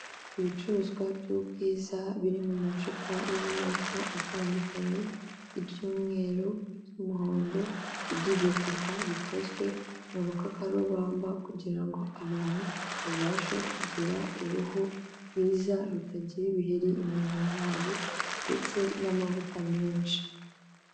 Ibicuruzwa by'ubwiza biri mu macupa y'amoko atandukanye, iby'umweru, iby'umuhondo, iby'igitaka bikozwe mu rukakarubamba kugira ngo abantu babashe kugira uruhu rwiza rutagira ibiheri, iminkanyari ndetse n'amavuta menshi.